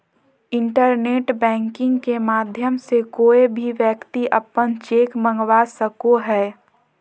internet banking के माध्यम से कोय भी व्यक्ति अपन चेक मंगवा सको हय